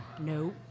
no